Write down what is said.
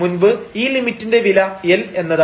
മുൻപ് ഈ ലിമിറ്റിന്റെ വില L എന്നായിരുന്നു